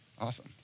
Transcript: Awesome